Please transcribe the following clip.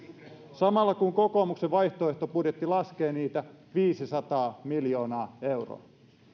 samalla kun kokoomuksen vaihtoehtobudjetti laskee niitä viisisataa miljoonaa euroa